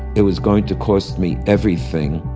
it was going to cost me everything.